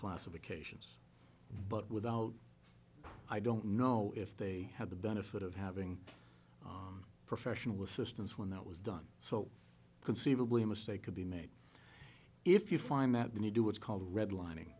classification but without i don't know if they had the benefit of having professional assistance when that was done so conceivably a mistake could be made if you find that when you do what's called redlining